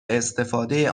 استفاده